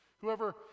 Whoever